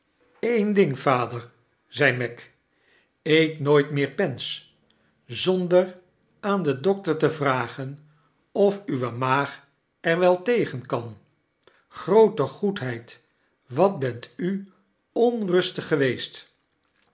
een ding vader zei meg eet nooit meer pens zonder aan den dokter te vragen of uwe maag er wel tegen kan groote goedlieid wat bent u onrustig geweest